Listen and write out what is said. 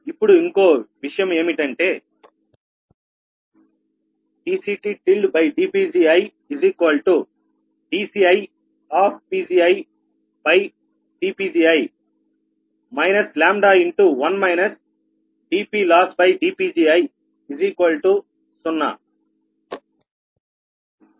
ఇప్పుడు ఇంకో విషయం ఏమిటంటే dCTdPgidCidPgi λ1 dPLossdPgi0i23m అయితే ఇక్కడ i 1